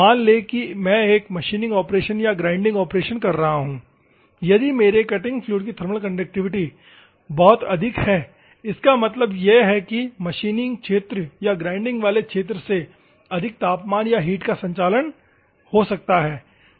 मान लें कि मैं एक मशीनिंग ऑपरेशन या ग्राइंडिंग ऑपरेशन कर रहा हूं यदि मेरे कटिंग फ्लूइड की थर्मल कंडक्टिविटी बहुत अधिक है इसका मतलब है कि यह मशीनिंग क्षेत्र या ग्राइंडिंग वाले क्षेत्र से अधिक तापमान या हीट का संचालन कर सकता है